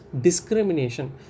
discrimination